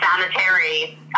sanitary